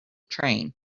train